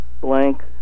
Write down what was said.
blank